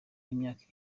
y’imyaka